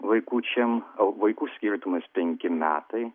vaikučiams o vaikų skirtumas penki metai